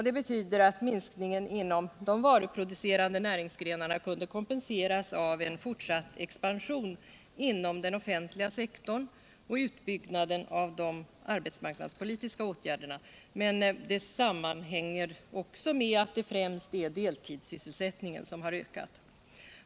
Det betyder att minskningen inom de varuproducerande näringsgrenarna kunde kompenseras av en fortsatt expansion inom den offentliga sektorn och av utbyggnaden av de arbetsmarknadspolitiska åtgärderna. Men minskningen sammanhänger också med att det främst är deltidssysselsättningen som ökat.